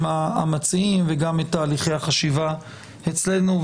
המציעים וגם את תהליכי החשיבה אצלנו,